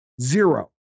Zero